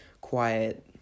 quiet